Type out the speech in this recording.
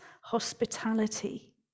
hospitality